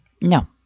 No